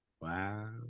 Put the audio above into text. Wow